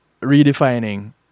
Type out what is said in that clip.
Redefining